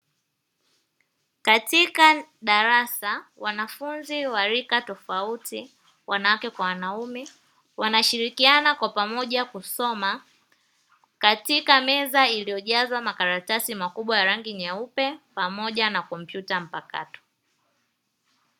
Katika darasa, wanafunzi wa rika tofauti wanawake kwa wanaume, wanashirikiana kwa pamoja kusoma katika meza iliyojazwa makaratasi makubwa ya rangi nyeupe pamoja na kompyuta mpakato.